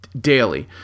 daily